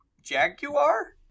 jaguar